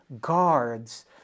guards